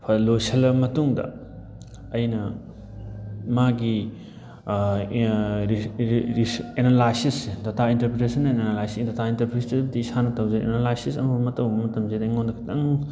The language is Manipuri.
ꯂꯣꯏꯁꯜꯂꯕ ꯃꯇꯨꯡꯗ ꯑꯩꯅ ꯃꯥꯒꯤ ꯑꯦꯅꯥꯂꯥꯏꯁꯤꯁꯁꯦ ꯗꯥꯇꯥ ꯏꯟꯇꯔꯄ꯭ꯔꯤꯇꯦꯁꯟ ꯑꯦꯅꯥꯂꯥꯏꯁꯤꯁ ꯗꯥꯇꯥ ꯏꯟꯇꯔꯄ꯭ꯔꯤꯇꯦꯁꯟꯕꯨꯗꯤ ꯏꯁꯥꯅ ꯇꯧꯖꯩ ꯑꯦꯅꯥꯂꯥꯏꯁꯤꯁ ꯑꯃ ꯑꯃ ꯇꯧꯔꯛꯄ ꯃꯇꯝꯁꯤꯗ ꯑꯩꯉꯣꯟꯗ ꯈꯤꯇꯪ